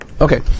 okay